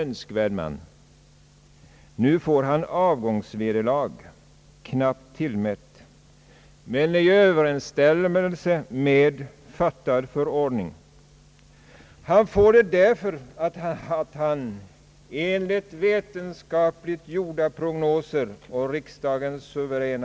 Nu får han »avgångsvederlag», Han får det därför att han —